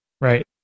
Right